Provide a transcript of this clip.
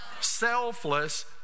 selfless